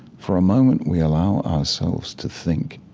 for a moment, we allow ourselves to think